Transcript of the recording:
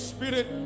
Spirit